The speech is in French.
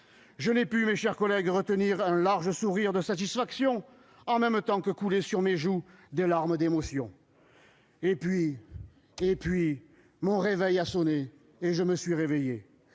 Je n'ai pu, mes chers collègues, retenir un large sourire de satisfaction, en même temps que coulaient sur mes joues des larmes d'émotion. Oh ! Oh ! Et puis ... mon réveil a sonné et je me suis réveillé